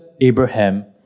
Abraham